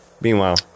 meanwhile